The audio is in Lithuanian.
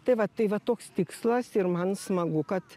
tai va tai va toks tikslas ir man smagu kad